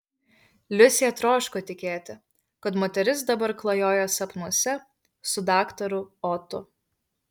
liusė troško tikėti kad moteris dabar klajoja sapnuose su daktaru otu